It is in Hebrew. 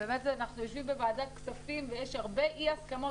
אנחנו יושבים בוועדת הכספים ויש הרבה אי-הסכמות,